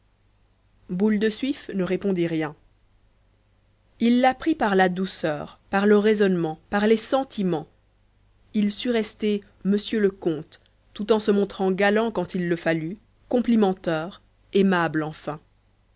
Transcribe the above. boule de suif ne répondit rien il la prit par la douceur par le raisonnement par les sentiments il sut rester monsieur le comte tout en se montrant galant quand il le fallut complimenteur aimable enfin